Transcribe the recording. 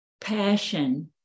passion